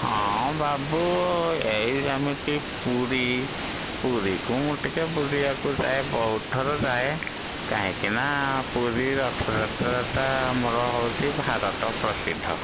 ହଁ ବାବୁ ଏଇ ଯେମିତି ପୁରୀ ପୁରୀକୁ ମୁଁ ଟିକେ ବୁଲିବାକୁ ଯାଏ ବହୁତ ଥର ଯାଏ କାହିଁକି ନା ପୁରୀ ରଥଯାତ୍ରାଟା ଆମର ହେଉଛି ଭାରତ ପ୍ରସିଦ୍ଧ